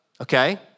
okay